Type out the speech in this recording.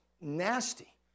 nasty